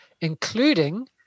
including